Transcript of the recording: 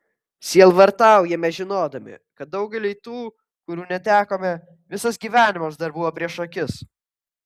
sielvartaujame žinodami kad daugeliui tų kurių netekome visas gyvenimas dar buvo prieš akis